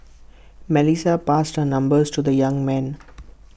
Melissa passed her numbers to the young man